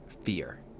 fear